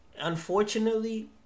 unfortunately